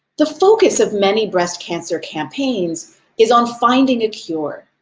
the focus of many breast cancer campaigns is on finding a cure.